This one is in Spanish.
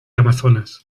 amazonas